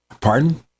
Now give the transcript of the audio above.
Pardon